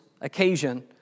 occasion